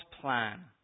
plan